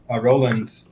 Roland